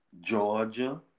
Georgia